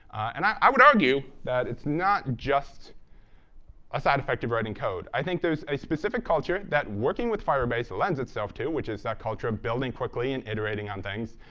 and i would argue that it's not just a side-effect of writing code. i think there's a specific culture that working with firebase lends itself to, which is the culture building quickly and iterating on things,